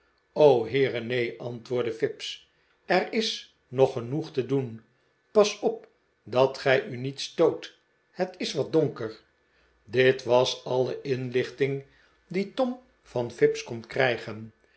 heere neen antwoordde fips er is nog genoeg te doen pas op dat gij u niet stoot het is wat donker dit was alle inlichting die tom van fips kon krijgen